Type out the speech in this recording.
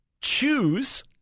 choose